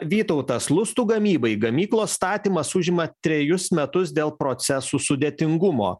vytautas lustų gamybai gamyklos statymas užima trejus metus dėl procesų sudėtingumo